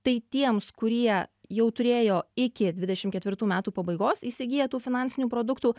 tai tiems kurie jau turėjo iki dvidešimt ketvirtų metų pabaigos įsigyję tų finansinių produktų